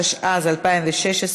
התשע"ז 2016,